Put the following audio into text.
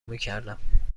میکردم